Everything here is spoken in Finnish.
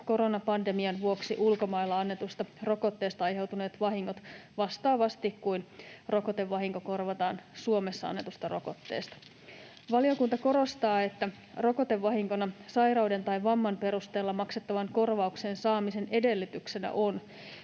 koronapandemian vuoksi ulkomailla annetusta rokotteesta aiheutuneet vahingot vastaavasti kuin rokotevahinko korvataan Suomessa annetusta rokotteesta. Valiokunta korostaa, että rokotevahinkona sairauden tai vamman perusteella maksettavan korvauksen saamisen edellytyksenä on,